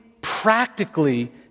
practically